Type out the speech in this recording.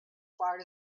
far